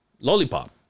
lollipop